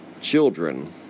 children